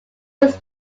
was